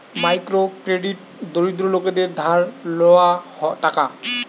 micro credit দরিদ্র লোকদের ধার লেওয়া টাকা